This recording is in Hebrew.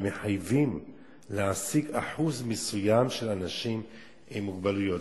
ומחייבים להעסיק אחוז מסוים של אנשים עם מוגבלויות.